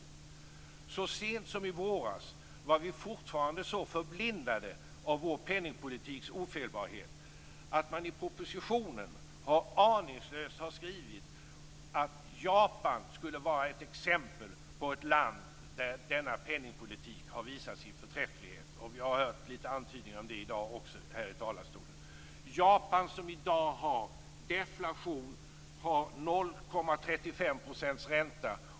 Ännu så sent som i våras var vi så förblindade av vår penningpolitiks ofelbarhet att man i propositionen aningslöst har skrivit om Japan som skulle det vara exempel på ett land där denna penningpolitik har visat sin förträfflighet. Vi har hört en del antydningar om det också här i dag från talarstolen. Japan, som i dag har deflation, har 0,35 % ränta.